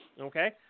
Okay